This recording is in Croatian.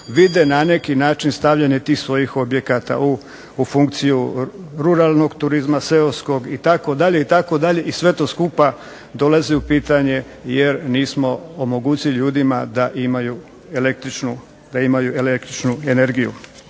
vide na neki način stavljanje tih svojih objekata u funkciju ruralnog turizma, seoskog itd. itd. i sve to skupa dolazi u pitanje jer nismo omogućili ljudima da imaju električnu energiju